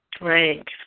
Right